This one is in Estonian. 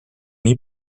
nii